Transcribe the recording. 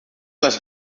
les